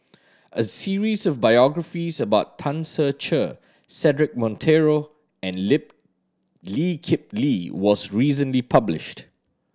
a series of biographies about Tan Ser Cher Cedric Monteiro and Lip Lee Kip Lee was recently published